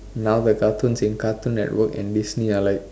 now the cartoons in cartoon network and Disney are like